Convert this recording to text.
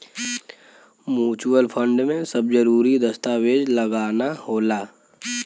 mutual fund में सब जरूरी दस्तावेज लगाना होला